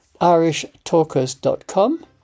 irishtalkers.com